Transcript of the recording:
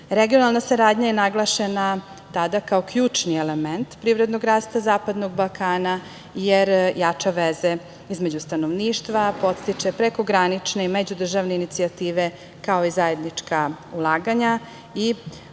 Regionalna saradnja je naglašena tada kao ključni element privrednog rasta zapadnog Balkana, jer jača veze između stanovništva, podstiče prekogranične i međudržavne inicijative, kao i zajednička ulaganja i obuhvata